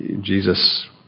Jesus